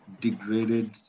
degraded